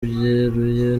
byeruye